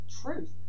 truth